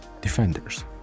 defenders